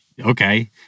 okay